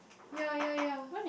ye ye ye